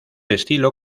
estilo